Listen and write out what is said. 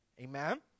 Amen